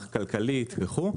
כלכלית וכו'.